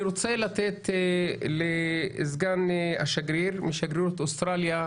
אני רוצה לתת לסגן השגריר משגרירות אוסטרליה,